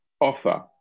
offer